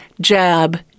jab